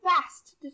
fast